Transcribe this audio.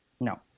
No